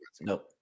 Nope